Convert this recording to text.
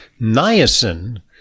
niacin